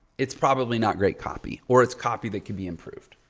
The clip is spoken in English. it's probably not great copy or it's copy that can be improved.